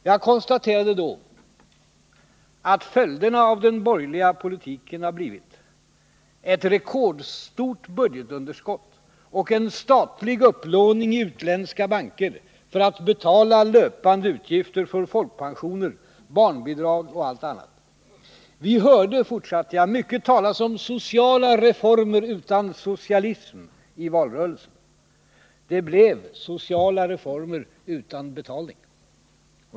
Jag konstaterade då att följderna av den borgerliga politiken blivit ett rekordstort budgetunderskott och en statlig upplåning i utländska banker för att betala löpande utgifter för folkpensioner, barnbidrag och allt annat. Vi hörde, fortsatte jag, mycket talas om sociala reformer utan socialism i valrörelsen. Det blev sociala reformer utan betalning.